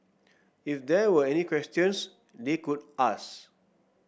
if there were any questions they could ask